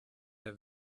der